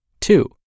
Two